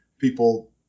People